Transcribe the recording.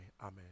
Amen